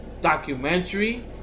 documentary